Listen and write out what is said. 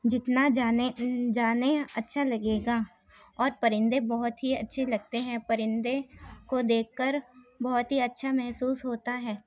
جتنا جانیں اچھا لگے گا اور پرندے بہت ہی اچھے لگتے ہیں پرندے کو دیکھ کر بہت ہی اچھا محسوس ہوتا ہے